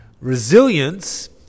resilience